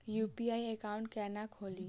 UPI account केना खोलि?